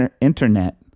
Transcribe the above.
internet